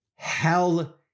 Hell